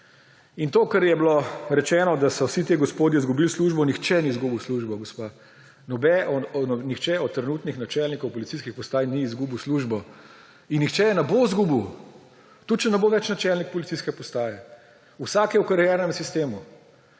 In to, kar je bilo rečeno, da so vsi ti gospodje izgubili službo, nihče ni izgubil službe, gospa, nihče od trenutnih načelnikov policijskih postaj ni izgubil službe in nihče je ne bo izgubil, tudi če ne bo več načelnik policijske postaje. Vsak je v kariernem sistemu.